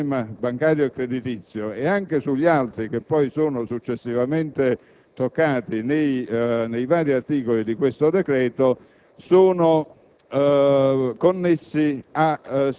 che su questo particolare profilo del sistema bancario e creditizio, e anche sugli altri toccati successivamente nei vari articoli di questo decreto, sono